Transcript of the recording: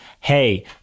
Hey